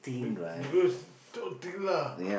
be~ because not thick lah